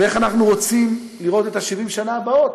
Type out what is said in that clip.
ואיך אנחנו רוצים לראות את ה-70 שנה הבאות.